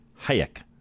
Hayek